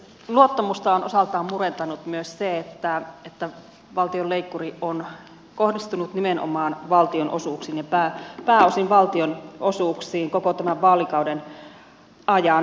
luottamusta on osaltaan murentanut myös se että valtion leikkuri on kohdistunut nimenomaan valtionosuuksiin ja pääosin valtionosuuksiin koko tämän vaalikauden ajan